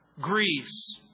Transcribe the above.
Greece